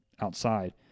outside